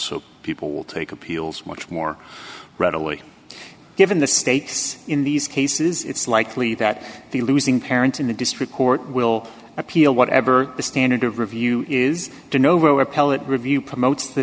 so people will take appeals much more readily given the stakes in these cases it's likely that the losing parent in the district court will appeal whatever the standard of review is to know appellate review promotes the